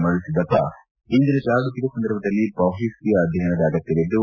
ಮರುಳುದ್ದಪ್ಪ ಇಂದಿನ ಜಾಗತಿಕ ಸಂದರ್ಭದಲ್ಲಿ ಬಹುಶಿಸ್ತೀಯ ಅಧ್ಯಯನದ ಅಗತ್ತವಿದ್ದು